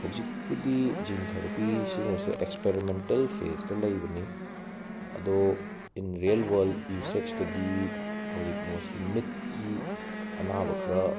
ꯍꯧꯖꯤꯛꯄꯨꯗꯤ gene therapy ꯁꯤꯅꯁꯦ experimental ꯐꯦꯁꯇ ꯂꯩꯕꯅꯤ ꯑꯗꯣ ꯏꯟ ꯔꯤꯌꯜ ꯋꯥꯔ꯭ꯜ꯭ꯗ ꯌꯨꯁꯦꯁꯇꯗꯤ ꯍꯧꯖꯤꯛ ꯃꯣꯁꯂꯤ ꯃꯤꯠꯀꯤ ꯑꯅꯥꯕ ꯈꯔ